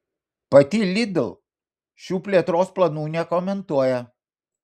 pati lidl šių plėtros planų nekomentuoja